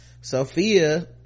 sophia